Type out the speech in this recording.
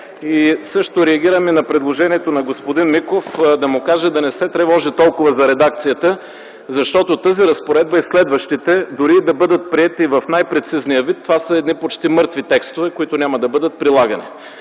колеги. Реагирам и на предложението на господин Миков. Искам да му кажа да не се тревожи толкова за редакцията, защото тази разпоредба и следващите, дори да бъдат приети в най-прецизния вид, са едни почти мъртви текстове, които няма да бъдат прилагани.